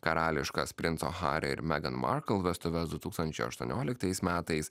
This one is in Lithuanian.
karališkas princo hario ir megan markl vestuves du tūkstančiai aštuonioliktais metais